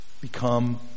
become